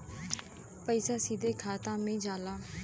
पइसा सीधे खाता में जाला